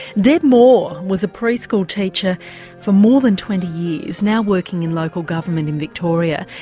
deb moore was a preschool teacher for more than twenty years, now working in local government in victoria.